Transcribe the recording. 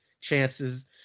chances